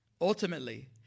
ultimately